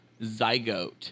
Zygote